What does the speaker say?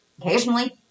Occasionally